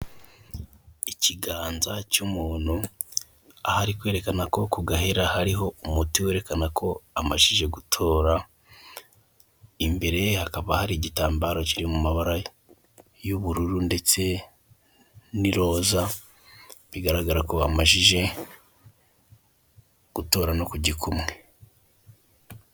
Ikiganza cy'umuntu, aho ari kwerekana ko gahera hariho umuti werekana ko amajije gutora. Imbere ye hakaba hari igitambaro kiri ku mabara y'ubururu ndetse n'iroza, bigaragara ko amajije gutora no ku gikumwe.